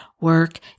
work